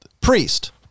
priest